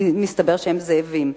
מסתבר שהם זאבים.